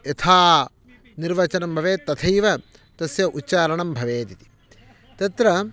यथा निर्वचनं बवेत् तथैव तस्य उच्चारणं भवेदिति तत्र